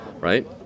right